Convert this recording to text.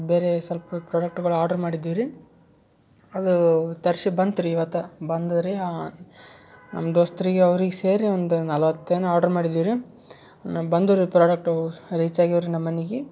ಬೇರೆ ಸ್ವಲ್ಪ ಪ್ರಾಡಕ್ಟ್ಗಳು ಆರ್ಡ್ರ್ ಮಾಡಿದ್ದೀವಿ ರೀ ಅದ ತರ್ಸಿ ಬಂತು ರೀ ಇವತ್ತು ಬಂದುವ್ ರೀ ನಮ್ದು ದೋಸ್ತ್ರಿಗೆ ಅವ್ರಿಗೆ ಸೇರಿ ಒಂದು ನಲ್ವತ್ತು ಏನು ಆರ್ಡ್ರ್ ಮಾಡಿದ್ದೀವಿ ರೀ ಬಂದುವ್ ರೀ ಪ್ರಾಡಕ್ಟ್ ಅವು ರೀಚ್ ಆಗ್ಯಾವ ರೀ ನಮ್ಮ ಮನೆಗೆ